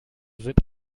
sind